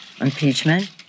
impeachment